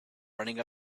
running